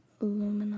Aluminum